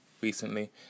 recently